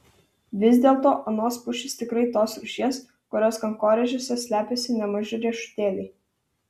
vis dėlto anos pušys tikrai tos rūšies kurios kankorėžiuose slepiasi nemaži riešutėliai